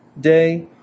day